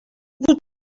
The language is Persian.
بود